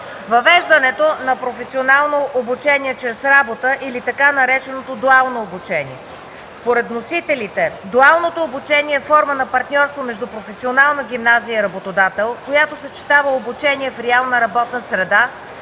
Въвеждането на професионално обучение чрез работа или така нареченото дуално обучение. Според вносителите, дуалното обучение е форма на партньорство между професионална гимназия и работодател, която съчетава обучение в реална работна среда